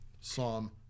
Psalm